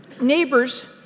Neighbors